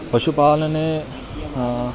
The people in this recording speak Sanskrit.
पशुपालने